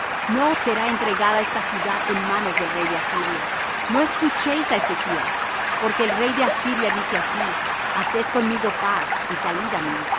no será entregada esta ciudad en manos del rey de asiria no escuchéis á ezechas porque el rey de asiria dice así haced conmigo paz y salid á mí